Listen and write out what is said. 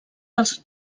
dels